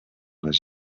les